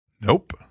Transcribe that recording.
Nope